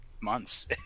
months